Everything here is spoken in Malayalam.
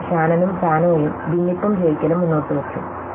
അതിനാൽ ഷാനനും ഫാനോയും ഭിന്നിപ്പും ജയിക്കലും മുന്നോട്ടുവച്ചു